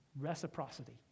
reciprocity